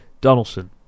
Donaldson